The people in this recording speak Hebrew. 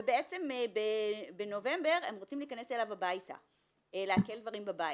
ובעצם בנובמבר הם רוצים להיכנס אליו הביתה לעקל דברים בבית,